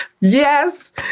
yes